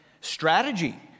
strategy